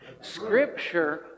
Scripture